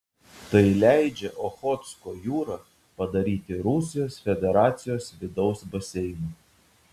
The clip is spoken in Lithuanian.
tai leidžia ochotsko jūrą padaryti rusijos federacijos vidaus baseinu